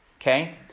okay